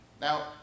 Now